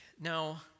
Now